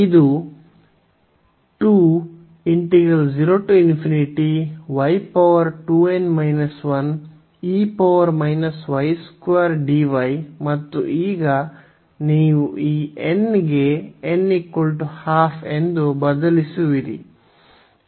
ಇದು ಮತ್ತು ಈಗ ನೀವು ಈ n ಗೆ n 12 ಎಂದು ಬದಲಿಸುವಿರಿ